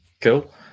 Cool